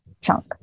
chunk